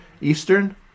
Eastern